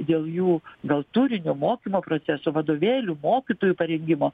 dėl jų dėl turinio mokymo proceso vadovėlių mokytojų parengimo